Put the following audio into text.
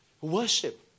Worship